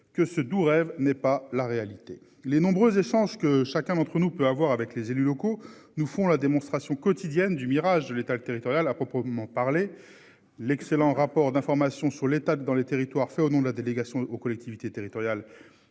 que ce doux rêve n'est pas la réalité. Les nombreux échanges que chacun d'entre nous peut avoir avec les élus locaux nous font la démonstration quotidienne du mirage l'État territoriale à proprement parler. L'excellent rapport d'information sur l'état dans les territoires fait au nom de la délégation aux collectivités territoriales.